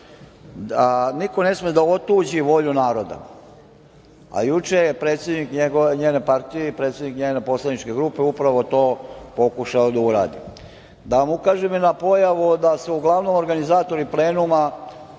da niko ne sme da otuđi volju naroda. Juče je predsednik njene partije i predsednik njene poslaničke grupe upravo to pokušao da uradi. Da vam ukažem i na pojavu da su uglavnom organizatori plenuma,